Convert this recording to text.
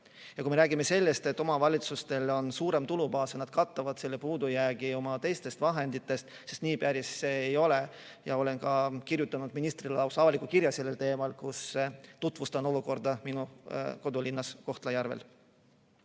Kui me räägime, et omavalitsustel on suurem tulubaas ja nad katavad selle puudujäägi teistest vahenditest, siis päris nii see ei ole. Olen kirjutanud ministrile lausa avaliku kirja sellel teemal, kus tutvustasin olukorda minu kodulinnas Kohtla-Järvel.